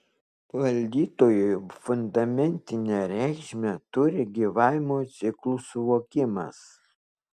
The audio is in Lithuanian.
valdytojui fundamentinę reikšmę turi gyvavimo ciklų suvokimas